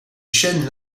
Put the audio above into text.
chaînes